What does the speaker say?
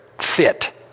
fit